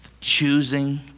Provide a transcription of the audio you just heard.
choosing